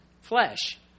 flesh